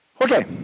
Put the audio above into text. Okay